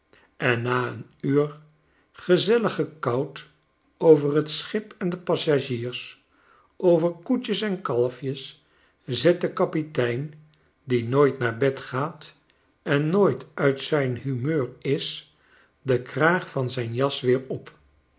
en glazen op tafel gezet ennaeenuurgezelligen kout over t schip en de passagiers overkoetjes en kalfjes zet de kapitein die nooit naar bed gaat en nooit uit zijn humeur is den kraag van zijn jas weer op